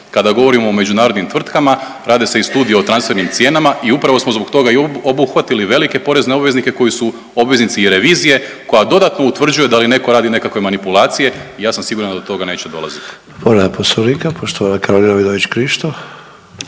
Kada govorimo o međunarodnim tvrtkama rade se i studije o transfernim cijenama i upravo smo zbog toga i obuhvatili velike porezne obveznike koji su obveznici i revizije koja dodatno utvrđuje da li neko radi nekakve manipulacije i ja sam siguran da do toga neće dolaziti.